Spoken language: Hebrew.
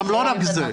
גם לא רק זה.